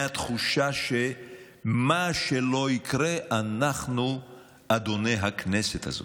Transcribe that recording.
מהתחושה שמה שלא יקרה, אנחנו אדוני הכנסת הזאת.